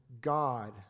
God